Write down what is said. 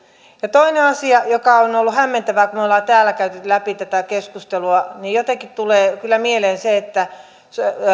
ja toinen asia joka on on ollut hämmentävä kun me olemme täällä käyneet läpi tätä keskustelua jotenkin tulee kyllä mieleen se että